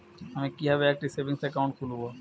আমি কিভাবে একটি সেভিংস অ্যাকাউন্ট খুলব?